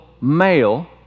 male